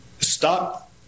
stop